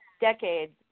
decades